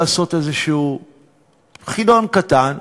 איזה חידון קטן,